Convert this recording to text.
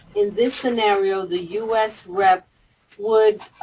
in this scenario, the u s. rep would,